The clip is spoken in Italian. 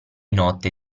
notte